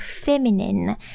feminine